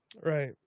Right